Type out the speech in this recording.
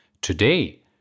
Today